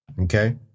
okay